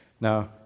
Now